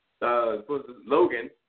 Logan